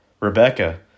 Rebecca